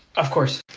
of course.